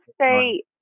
say